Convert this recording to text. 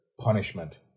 punishment